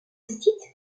site